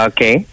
Okay